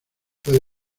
puede